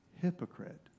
hypocrite